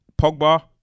pogba